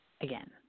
again